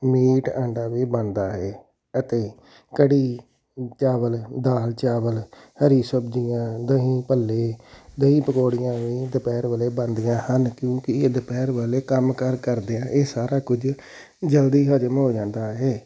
meat ਆਂਡਾ ਵੀ ਬਣਦਾ ਹੈ ਅਤੇ ਕੜੀ ਚਾਵਲ ਦਾਲ ਚਾਵਲ ਹਰੀ ਸਬਜ਼ੀਆਂ ਦਹੀਂ ਭੱਲੇ ਦਹੀਂ ਪਕੌੜੀਆਂ ਵੀ ਦੁਪਹਿਰ ਵੇਲੇ ਬਣਦੀਆਂ ਹਨ ਕਿਉਂਕਿ ਇਹ ਦੁਪਹਿਰ ਵਾਲੇ ਕੰਮ ਕਾਰ ਕਰਦੇ ਇਹ ਸਾਰਾ ਕੁਝ ਜਲਦੀ ਹਜ਼ਮ ਹੋ ਜਾਂਦਾ ਹੈ